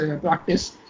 practice